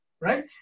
right